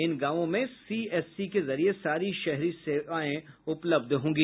इन गांवों में सीएससी के जरिए सारी शहरी सेवाएं उपलब्ध होगी